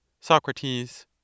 Socrates